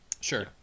Sure